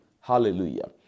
hallelujah